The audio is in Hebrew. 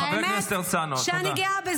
שנייה רגע.